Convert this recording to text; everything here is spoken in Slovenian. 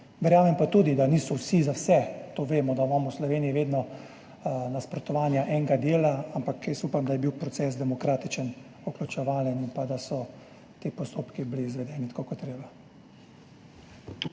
verjamem pa tudi, da niso vsi za vse, vemo, da imamo v Sloveniji vedno nasprotovanja enega dela, ampak jaz upam, da je bil proces demokratičen, vključevalen in da so ti postopki bili izvedeni tako, kot je treba.